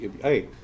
hey